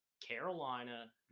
Carolina